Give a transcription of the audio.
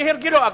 כהרגלו אגב.